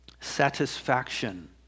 satisfaction